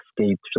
escape